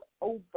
over